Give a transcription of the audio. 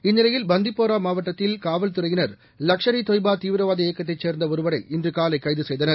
இந்நிலையில் பந்திபூரா மாவட்டத்தில் காவல்துறையினர் லஷ்கர் இ தொய்பாதீவிரவாத இயக்கத்தைச் சேர்ந்தஒருவரை இன்றுகாலைகைதுசெய்தனர்